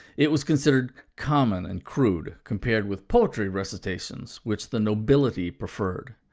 it was considered common and crude, compared with poetry recitations, which the nobility preferred.